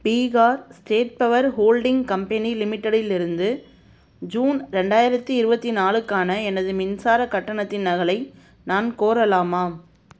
Bihar state power holding company லிமிடெடிலிருந்து June ரெண்டாயிரத்தி இருபத்தி நாலுக்கான எனது மின்சார கட்டணத்தின் நகலை நான் கோரலாமா